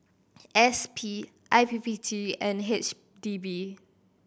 S P I P P T and H D B